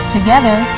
Together